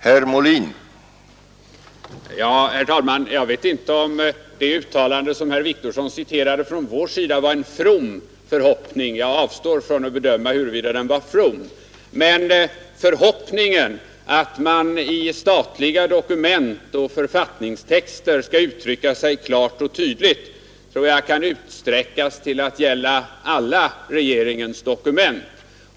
Herr talman! Jag vet inte om det uttalande som herr Wictorsson citerade från vår sida var en ”from” förhoppning — jag avstår från att bedöma den saken. Men förhoppningen att man i statliga dokument och författningstexter skall uttrycka sig klart och tydligt tror jag kan utsträckas till att gälla alla regeringens dokument.